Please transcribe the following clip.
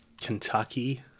Kentucky